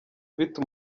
ufite